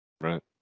Right